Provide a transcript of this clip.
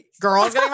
Girls